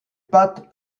pattes